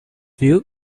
view